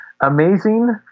amazing